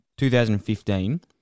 2015